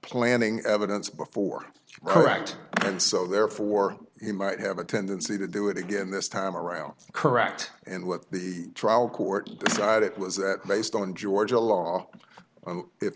planning evidence before correct and so therefore he might have a tendency to do it again this time around correct and what the trial court decided it was based on georgia law if